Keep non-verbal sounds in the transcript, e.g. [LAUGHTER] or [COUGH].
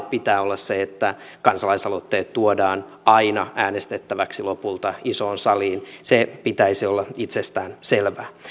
[UNINTELLIGIBLE] pitää olla ehdoton vaade että kansalaisaloitteet tuodaan lopulta aina äänestettäväksi isoon saliin sen pitäisi olla itsestään selvää